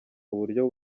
uburyo